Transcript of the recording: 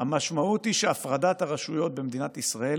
המשמעות היא שהפרדת הרשויות במדינת ישראל